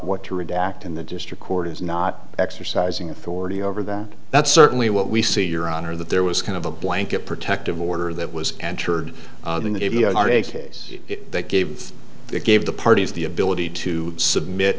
what to redact in the district court is not exercising authority over them that's certainly what we see your honor that there was kind of a blanket protective order that was entered in the case that gave it gave the parties the ability to submit